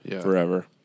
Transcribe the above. forever